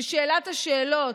ושאלת השאלות: